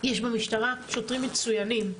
יש במשטרה שוטרים מצוינים,